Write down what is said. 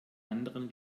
anderen